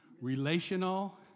Relational